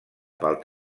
pel